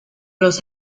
los